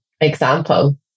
Example